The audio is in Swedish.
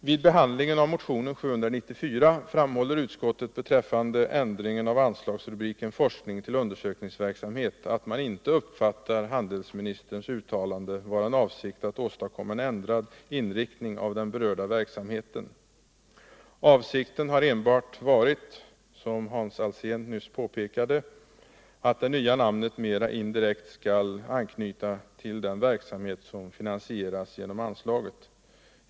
Vid behandlingen av motionen 794 framhåller utskottet beträffande ändringen av anslagsrubriken ”Forskning” till ”Undersökningsverksamhet” att man inte uppfattar handelsministerns uttalande vara en avsikt att åstadkomma en ändrad inriktning av den berörda verksamheten. Avsikten har enbart varit, som Hans Alsén nyss påpekade, att det nya namnet mera direkt skall anknyta till den verksamhet som finansieras genom anslag.